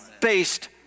based